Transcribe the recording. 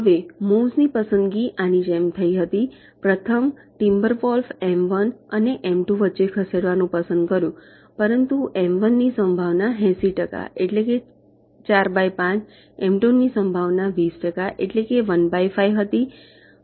હવે મુવ્સ ની પસંદગી આની જેમ થઈ હતી પ્રથમ ટિમ્બરવોલ્ફએ એમ 1 અને એમ 2 ની વચ્ચે ખસેડવાનું પસંદ કર્યું પરંતુ એમ 1 ની સંભાવના 80 ટકા એટલે કે 45 એમ 2 ની સંભાવના 20 ટકા એટલે કે 15 હતી